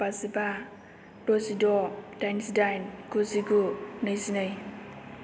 बाजिबा द'जिद' दाइन जिदाइन गुजिगु नैजिनै